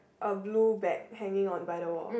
a blue bag hanging on by the wall